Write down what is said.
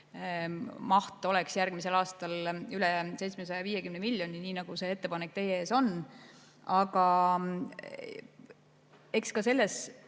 maht oleks järgmisel aastal veidi üle 750 miljoni, nii nagu see ettepanek teie ees on. Aga eks ka selles